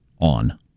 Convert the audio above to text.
on